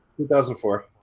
2004